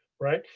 right,